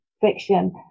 fiction